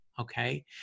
okay